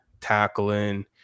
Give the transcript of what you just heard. tackling